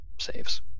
saves